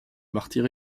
martyre